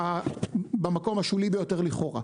במקום השולי ביותר לכאורה.